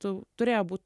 tu turėjo būt